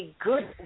good